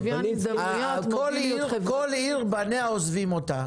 כל עיר בניה עוזבים אותה.